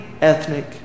ethnic